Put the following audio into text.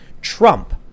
Trump